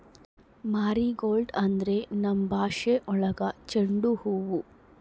marigold ಅಂದ್ರೆ ನಮ್ ಭಾಷೆ ಒಳಗ ಚೆಂಡು ಹೂವು